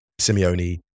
Simeone